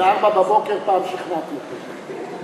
בארבע בבוקר פעם שכנעתי אותו.